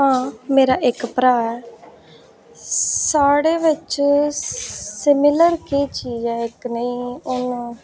हां मेरा इक भ्रा ऐ साढ़े बिच सिमिलर केह् चीज ऐ इक नेही हून